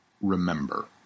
Remember